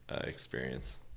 experience